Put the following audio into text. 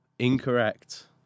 Incorrect